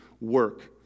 work